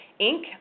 Inc